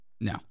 No